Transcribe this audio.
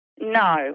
No